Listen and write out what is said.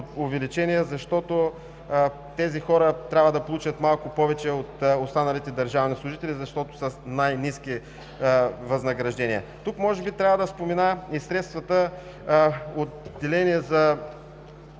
защото тези хора трябва да получат малко повече от останалите държавни служители, защото са с най-ниски възнаграждения. Тук може би трябва да спомена и средствата, отделени в